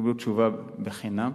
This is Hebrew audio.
תקבלו תשובה בחינם.